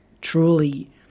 truly